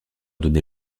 donné